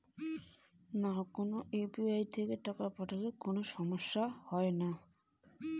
UPI দিয়া টাকা পাঠের সময় কোনো সমস্যা হয় নাকি?